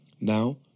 Now